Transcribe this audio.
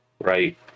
right